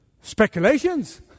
Speculations